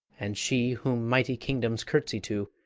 and she whom mighty kingdoms curtsy to,